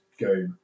go